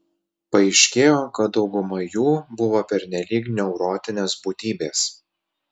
paaiškėjo kad dauguma jų buvo pernelyg neurotinės būtybės